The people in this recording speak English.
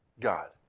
God